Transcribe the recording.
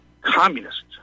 communists